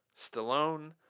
Stallone